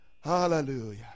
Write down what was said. Hallelujah